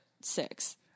six